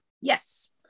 Yes